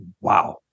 wow